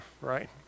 right